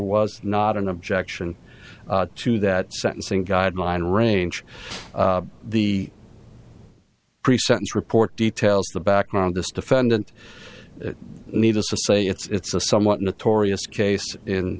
was not an objection to that sentencing guideline range the pre sentence report details the background this defendant needless to say it's a somewhat